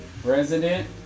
President